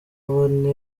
bane